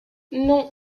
non